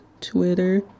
Twitter